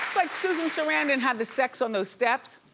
like susan sarandon has the sex on those steps.